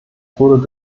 wurde